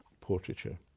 portraiture